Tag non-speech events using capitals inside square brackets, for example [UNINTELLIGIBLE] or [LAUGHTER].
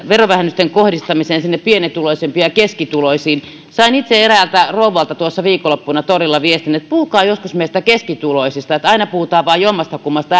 verovähennysten kohdistamisesta pienituloisimpiin ja keskituloisiin sain itse eräältä rouvalta tuossa viikonloppuna torilla viestin että puhukaa joskus meistä keskituloisista aina puhutaan vain jommastakummasta [UNINTELLIGIBLE]